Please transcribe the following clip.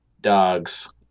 dogs